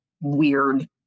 weird